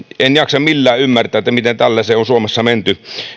en jaksa millään ymmärtää miten tällaiseen on suomessa menty